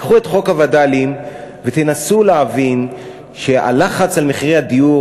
תיקחו את חוק הווד"לים ותנסו להבין שהלחץ על מחירי הדיור